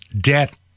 debt